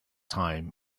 time